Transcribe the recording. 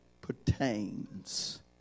pertains